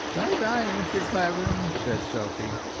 by, by, mr. clavering, said sophie.